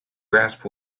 grasp